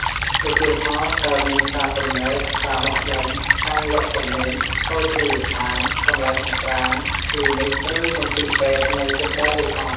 ឧទាហរណ៍ តើមានផ្សារទំនើប ផ្សារបោះដុំ ហាងលក់ទំនិញ ភោជនីយដ្ឋាន កន្លែងហាត់ប្រាណ គ្លីនិក ឬមន្ទីរពេទ្យនៅជិតដែរឬអត់។